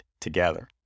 together